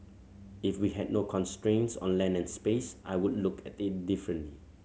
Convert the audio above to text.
if we had no constraints on land and space I would look at it differently